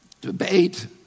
debate